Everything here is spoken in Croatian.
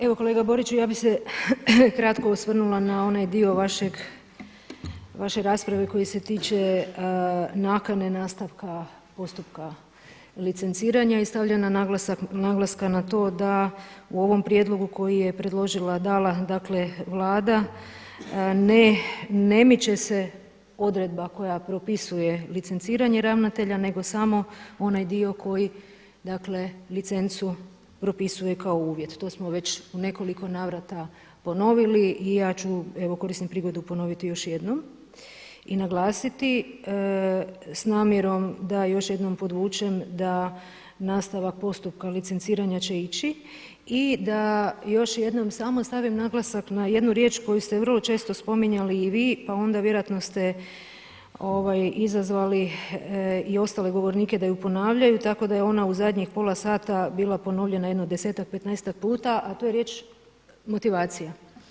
Evo kolega Boriću ja bih se kratko osvrnula na onaj dio vaše rasprave koji se tiče nakane nastavka postupka licenciranja i stavljanja naglaska na to da u ovom prijedlogu koji je predložila, dala dakle Vlada ne miče se odredba koja propisuje licenciranje ravnatelja nego samo onaj dio koji licencu propisuje kao uvjet to smo već u nekoliko navrata ponovili i ja ću evo koristim prigodu ponoviti još jednom i naglasiti s namjerom da još jednom podvučem da nastavak postupka licenciranja će ići i da još jednom samo stavim naglasak na jednu riječ koju ste vrlo često spominjali i vi pa onda vjerojatno ste izazvali i ostale govornike da ju ponavljaju tako da je ona u zadnjih pola sata bila ponovljena jedno desetak, petnaestak puta a to je riječ „motivacija“